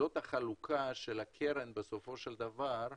זו החלוקה של הקרן בסופו של דבר.